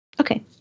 Okay